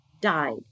died